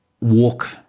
walk